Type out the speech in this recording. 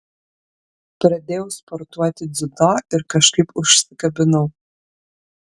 pradėjau sportuoti dziudo ir kažkaip užsikabinau